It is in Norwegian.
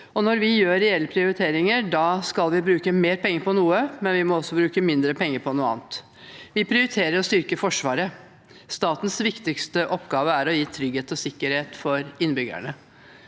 Når vi gjør reelle prioriteringer, skal vi bruke mer penger på noe, men vi må også mindre penger på noe annet. Vi prioriterer å styrke Forsvaret. Statens viktigste oppgave er å gi innbyggerne trygghet og sikkerhet.